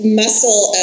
muscle